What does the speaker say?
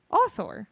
author